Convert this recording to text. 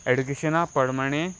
एजुकेशना प्रमाणें